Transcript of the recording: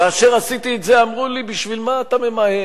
כאשר עשיתי את זה אמרו לי: בשביל מה אתה ממהר?